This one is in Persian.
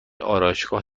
آرایشگاه